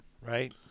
Right